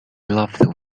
loved